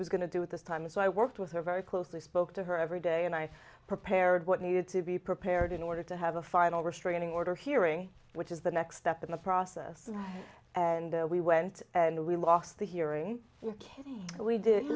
was going to do it this time so i worked with her very closely spoke to her every day and i prepared what needed to be prepared in order to have a final restraining order hearing which is the next step in the process and we went and we lost the hearing